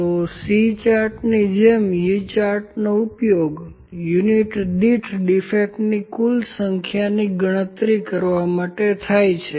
તો C ચાર્ટની જેમ U ચાર્ટનો ઉપયોગ યુનિટ દીઠ ડીફેક્ટની કુલ સંખ્યાની ગણતરી કરવા માટે થાય છે